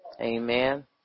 Amen